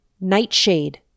Nightshade